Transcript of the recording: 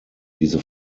diese